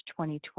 2020